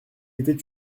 était